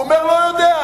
הוא אומר: לא יודע.